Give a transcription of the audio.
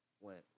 went